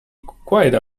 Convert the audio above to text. quite